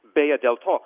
beje dėl to